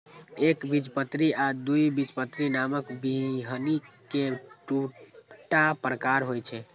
एकबीजपत्री आ द्विबीजपत्री नामक बीहनि के दूटा प्रकार होइ छै